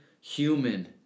human